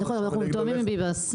נכון, אבל אנחנו מתואמים עם ביבס.